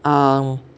um